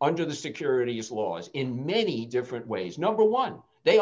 under the securities laws in many different ways number one they